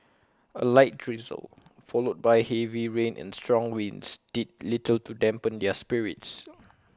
A light drizzle followed by heavy rain and strong winds did little to dampen their spirits